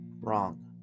wrong